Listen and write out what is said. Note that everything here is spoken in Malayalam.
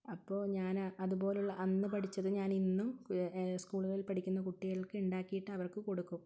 അപ്പോൾ ഞാൻ അതുപോലുള്ള ഞാൻ അന്ന് പഠിച്ചത് ഞാൻ ഇന്നും സ്കൂളുകളിൽ പഠിക്കുന്ന കുട്ടികൾക്ക് ഉണ്ടാക്കിയിട്ട് അവർക്ക് കൊടുക്കും